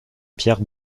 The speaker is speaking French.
pierres